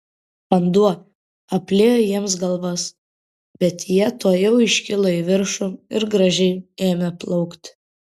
vanduo apliejo jiems galvas bet jie tuojau iškilo į viršų ir gražiai ėmė plaukti